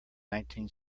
nineteen